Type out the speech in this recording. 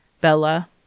bella